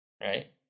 right